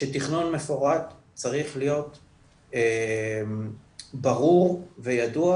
שתכנון מפורט צריך להיות ברור וידוע,